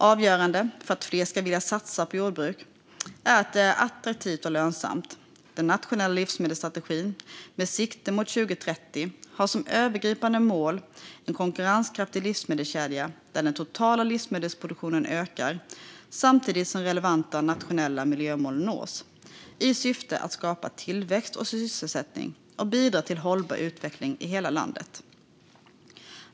Avgörande för att fler ska vilja satsa på jordbruk är att det är attraktivt och lönsamt. Den nationella livsmedelsstrategin med sikte mot 2030 har som övergripande mål en konkurrenskraftig livsmedelskedja där den totala livsmedelsproduktionen ökar samtidigt som relevanta nationella miljömål nås i syfte att skapa tillväxt och sysselsättning och bidra till hållbar utveckling i hela landet.